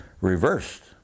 reversed